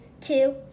two